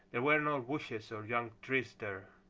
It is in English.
there were no bushes or young trees there.